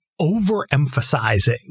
overemphasizing